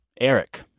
Eric